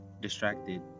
distracted